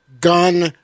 gun